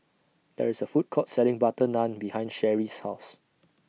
There IS A Food Court Selling Butter Naan behind Sheri's House